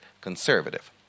conservative